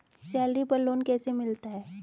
Salary पर loan कैसे मिलता है?